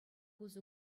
усӑ